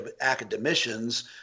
academicians